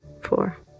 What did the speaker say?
four